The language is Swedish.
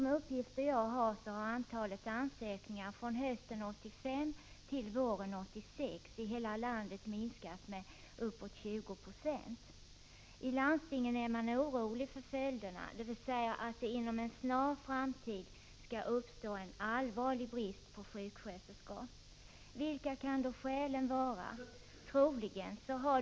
Enligt de uppgifter som jag har, har antalet ansökningar i hela landet till utbildning våren 1986 minskat med uppåt 20 26 jämfört med antalet ansökningar till hösten 1985. I landstingen är man orolig för följderna, dvs. man fruktar att det inom en snar framtid skall uppstå en allvarlig brist på sjuksköterskor. Vilka kan då skälen vara?